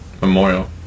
memorial